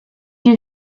you